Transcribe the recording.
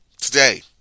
Today